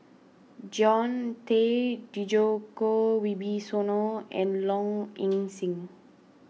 John Tay Djoko Wibisono and Low Ing Sing